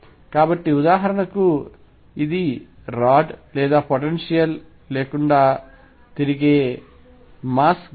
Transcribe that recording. కాబట్టి ఉదాహరణకు అది రాడ్ లేదా పొటెన్షియల్ లేకుండా తిరిగే మాస్ గాలి